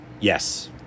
Yes